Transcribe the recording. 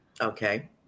Okay